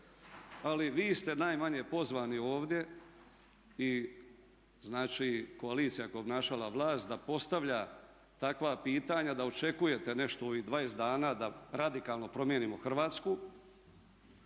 ali vi ste najmanje pozvani ovdje i znači koalicija koja je obnašala vlast da postavlja takva pitanja da očekujete nešto u ovih 20 dana da radikalno promijenimo Hrvatsku.